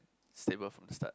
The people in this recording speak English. stable from start